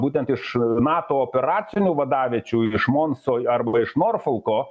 būtent iš nato operacinių vadaviečių iš monsoi arba iš norfolko